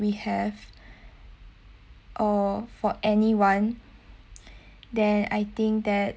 we have or for anyone then I think that